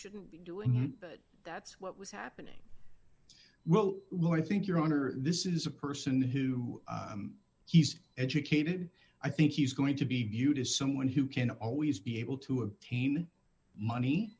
shouldn't be doing but that's what was happening well i think your honor this is a person who he's educated i think he's going to be viewed as someone who can always be able to obtain money